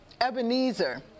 Ebenezer